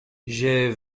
j’ai